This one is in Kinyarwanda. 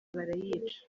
barayica